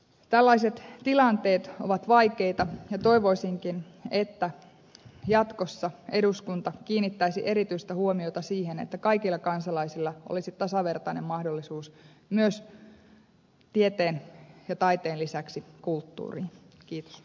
tällaiset tilanteet ovat vaikeita ja toivoisinkin että jatkossa eduskunta kiinnittäisi erityistä huomiota siihen että kaikilla kansalaisilla olisi tasavertainen mahdollisuus tieteen ja taiteen lisäksi myös kulttuuriin